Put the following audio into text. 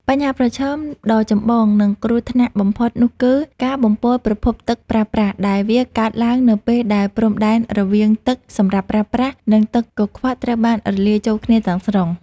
បញ្ហាប្រឈមដ៏ចម្បង និងគ្រោះថ្នាក់បំផុតនោះគឺ ការបំពុលប្រភពទឹកប្រើប្រាស់ ដែលវាកើតឡើងនៅពេលដែលព្រំដែនរវាងទឹកសម្រាប់ប្រើប្រាស់ និងទឹកកខ្វក់ត្រូវបានរលាយចូលគ្នាទាំងស្រុង។